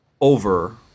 over